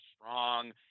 strong